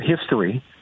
history